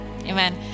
Amen